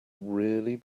really